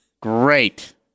Great